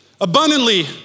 abundantly